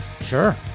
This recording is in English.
Sure